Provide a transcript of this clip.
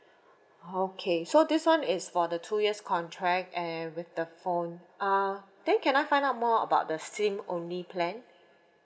okay so this [one] is for the two years contract and with the phone uh then can I find out more about the SIM only plan